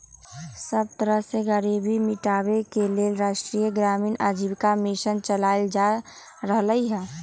सब तरह से गरीबी मिटाबे के लेल राष्ट्रीय ग्रामीण आजीविका मिशन चलाएल जा रहलई ह